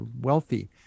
wealthy